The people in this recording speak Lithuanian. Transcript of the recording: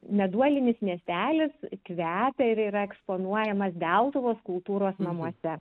meduolinis miestelis kvepia ir yra eksponuojamas deltuvos kultūros namuose